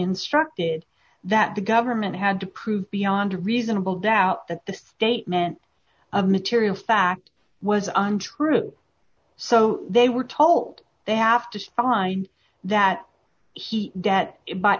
instructed that the government had to prove beyond a reasonable doubt that the statement of material fact was untrue so they were told they have to find that he debt